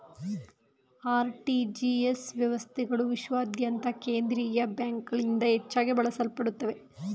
RTGS ವ್ಯವಸ್ಥೆಗಳು ವಿಶ್ವಾದ್ಯಂತ ಕೇಂದ್ರೀಯ ಬ್ಯಾಂಕ್ಗಳಿಂದ ಹೆಚ್ಚಾಗಿ ಬಳಸಲ್ಪಡುತ್ತವೆ